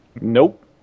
Nope